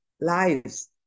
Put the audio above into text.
lives